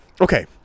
Okay